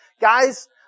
Guys